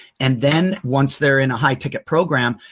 and then once they're in a high ticket program,